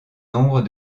nombre